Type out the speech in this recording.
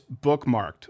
bookmarked